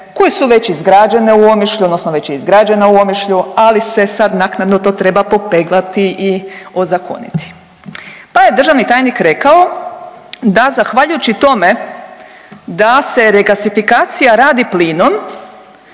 koje su već izgrađene u Omišlju odnosno već je izgrađena u Omišlju, ali se sad naknadno to treba popeglati i ozakoniti. Pa je državni tajnik rekao da zahvaljujući tome da se regasifikacija radi plinom